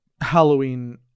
Halloween